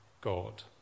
God